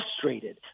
Frustrated